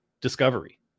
discovery